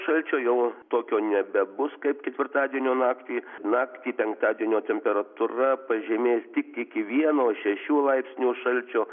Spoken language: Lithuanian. šalčio jau tokio nebebus kaip ketvirtadienio naktį naktį penktadienio temperatūra pažemės tik iki vieno šešių laipsnių šalčio